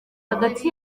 hagati